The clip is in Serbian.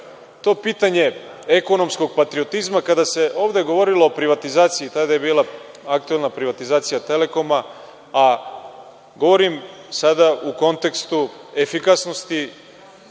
to je to pitanje ekonomskog patriotizma, kada se ovde govorilo o privatizaciji, tada je bila aktuelna privatizacija „Telekoma“, a govorim sada u kontekstu efikasnosti